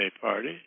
party